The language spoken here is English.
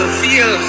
feel